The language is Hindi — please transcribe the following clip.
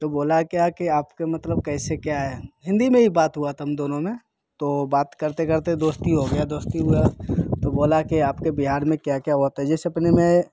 तो बोला क्या कि आपके मतलब कैसे क्या है हिंदी में ही बात हुआ था हम दोनों में तो बात करते करते दोस्ती हो गया दोस्ती हुआ तो बोला कि आपके बिहार में क्या क्या हुआ था जैसे अपने में